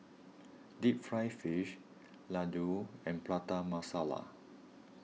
Deep Fried Fish Laddu and Prata Masala